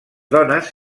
dones